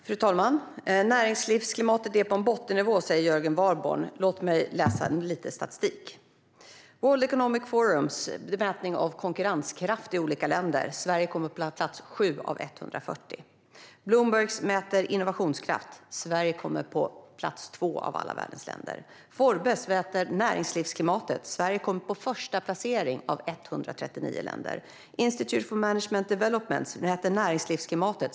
Fru talman! Näringslivsklimatet är på en bottennivå, säger Jörgen Warborn. Låt mig läsa lite statistik! I World Economic Forums mätning av konkurrenskraft i olika länder kommer Sverige på plats 7 av 140. Bloomberg mäter innovationskraft. Där kommer Sverige på plats 2 bland alla världens länder. Forbes mäter näringslivsklimatet. Där har Sverige en förstaplacering bland 139 länder. Institute for Management Development mäter näringslivsklimatet.